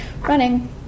running